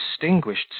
distinguished